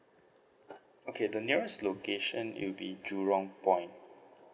okay the nearest location it will be jurong point